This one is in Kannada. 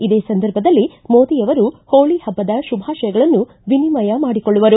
ಇದೇ ಸಂದರ್ಭದಲ್ಲಿ ಮೋದಿಯವರು ಹೋಳಿ ಹಬ್ಬದ ಶುಭಾಶಯಗಳನ್ನು ವಿನಿಮಯ ಮಾಡಿಕೊಳ್ಳುವರು